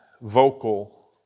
vocal